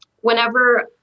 whenever